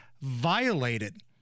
violated